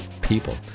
people